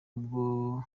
ubwo